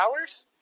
hours